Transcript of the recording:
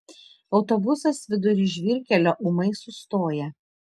autobusas vidury žvyrkelio ūmai sustoja